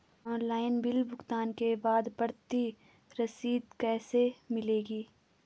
Online bill भुगतान के बाद प्रति रसीद कैसे मिलेगी?